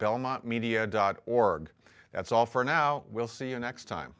belmont media dot org that's all for now we'll see you next time